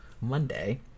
Monday